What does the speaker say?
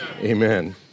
Amen